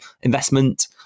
investment